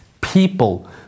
people